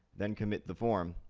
then commit the form,